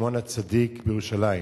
שמעון הצדיק בירושלים.